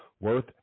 worth